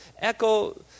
echo